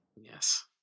Yes